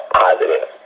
positive